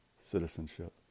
citizenship